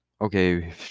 Okay